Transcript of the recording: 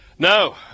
No